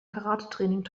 karatetraining